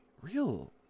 real